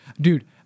dude